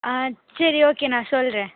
சரி ஓகே நான் சொல்லறேன்